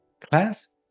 class